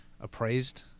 appraised